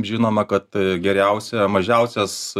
žinoma kad geriausiojo mažiausias